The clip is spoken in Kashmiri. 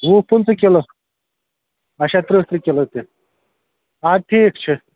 وُہ پٕنٛژٕ کلوٗ اَچھا تٕرٛہ تٕرٛہ کلوٗ تہِ اَدٕ ٹھیٖک چھُ